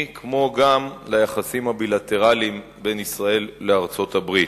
כמו גם ליחסים הבילטרליים בין ישראל לארצות-הברית.